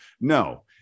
no